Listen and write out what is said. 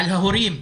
על ההורים.